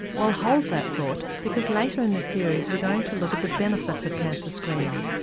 well hold that thought because later in this series we're going to look at the benefits of cancer screening.